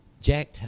Jack